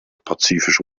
pazifische